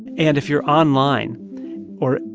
and if you're online or,